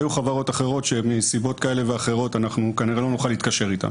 היו חברות אחרות שמסיבות כאלה ואחרות אנחנו כנראה לא נוכל להתקשר איתם,